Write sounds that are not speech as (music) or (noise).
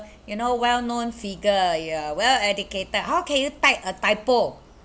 (breath) you know well known figure you are well educated how can you type a typo